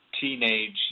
teenage